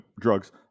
drugs